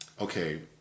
Okay